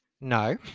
no